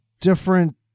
different